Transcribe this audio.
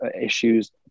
issues